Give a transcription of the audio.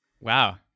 Wow